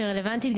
שרלוונטית,